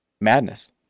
madness